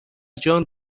جان